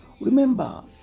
Remember